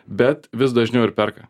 bet vis dažniau ir perka